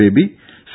baby C